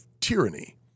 tyranny